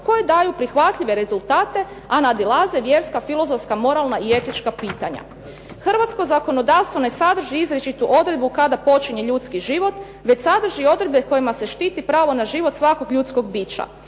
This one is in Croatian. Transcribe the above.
koje daju prihvatljive rezultate, a nadilaze vjerska, filozofska, moralna i etička pitanja. Hrvatsko zakonodavstvo ne sadrži izričitu odredbu kada počinje ljudski život, već sadrži odredbe kojima se štiti pravo na život svakog ljudskog bića.